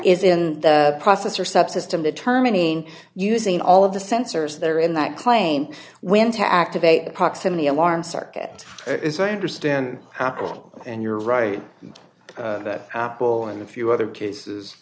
is in the process or subsystem determining using all of the sensors that are in that plane when to activate the proximity alarm circuit is i understand how apple and you're right that apple and a few other cases